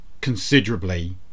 considerably